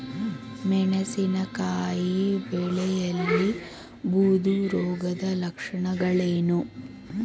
ಮೆಣಸಿನಕಾಯಿ ಬೆಳೆಯಲ್ಲಿ ಬೂದು ರೋಗದ ಲಕ್ಷಣಗಳೇನು?